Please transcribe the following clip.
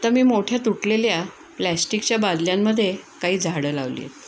आता मी मोठ्या तुटलेल्या प्लॅस्टिकच्या बादल्यांमध्ये काही झाडं लावली आहेत